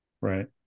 right